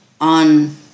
on